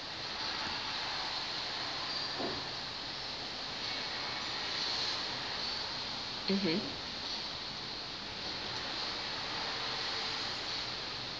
mmhmm